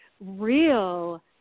real